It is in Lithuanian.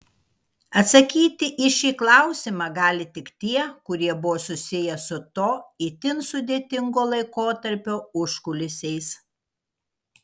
atsakyti į šį klausimą gali tik tie kurie buvo susiję su to itin sudėtingo laikotarpio užkulisiais